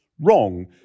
wrong